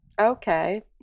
okay